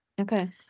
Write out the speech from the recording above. Okay